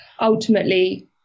Ultimately